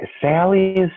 Sally's